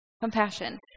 compassion